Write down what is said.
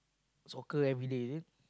soccer everyday is it